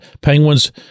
Penguins